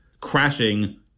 crashing